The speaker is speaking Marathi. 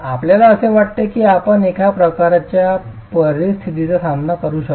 आपल्याला असे वाटते की आपण अशा प्रकारच्या परिस्थितीचा सामना करू शकता